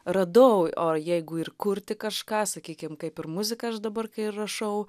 radau o jeigu ir kurti kažką sakykim kaip ir muziką aš dabar kai rašau